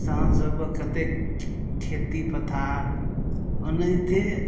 किसानसबके कतेक खेती पथाह ओनाहिते